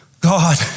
God